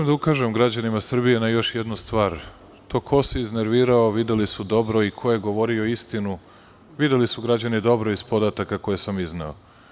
Želim da ukažem građanima Srbije na jednu stvar, to ko se iznervirao videli su dobro i ko je govorio istinu, videli su građani dobro iz podataka koje sam izneo.